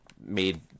made